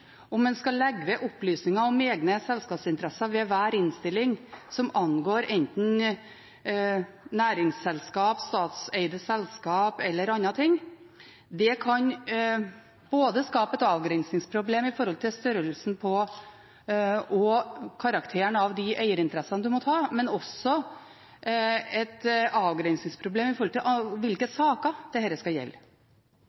om en skal legge ved opplysninger om egne selskapsinteresser ved hver innstilling som angår enten næringsselskap, statseide selskap eller annet. Det kan skape et avgrensningsproblem i forhold til størrelsen på og karakteren av de eierinteressene man måtte ha, men også et avgrensningsproblem med tanke på hvilke